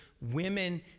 women